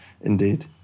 indeed